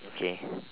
okay